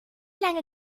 lange